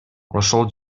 ошол